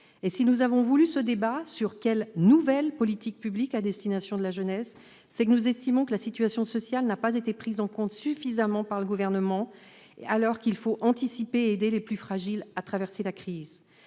Si nous avons voulu ce débat sur le thème :« Quelles nouvelles politiques publiques à destination de la jeunesse ?», c'est que nous estimons que la situation sociale n'a pas été suffisamment prise en compte par le Gouvernement, alors qu'il faut anticiper et aider les plus fragiles à traverser la crise.